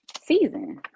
season